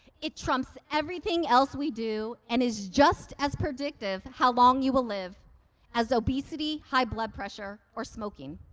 it trumps everything else we do, and is just as predictive how long you will live as obesity, high blood pressure, or smoking.